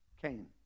Cain